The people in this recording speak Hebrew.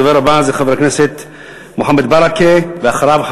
הדובר הבא הוא חבר הכנסת מוחמד ברכה,